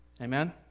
Amen